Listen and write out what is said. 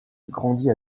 grandit